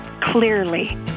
clearly